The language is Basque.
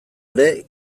ere